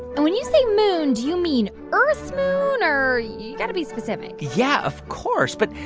and when you say moon, do you mean earth's moon, or you got to be specific yeah, of course. but,